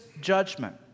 judgment